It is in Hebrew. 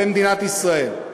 במדינת ישראל.